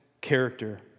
character